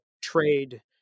trade